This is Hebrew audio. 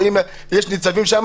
אם יש ניצבים שם.